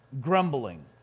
grumbling